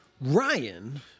Ryan